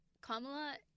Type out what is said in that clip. kamala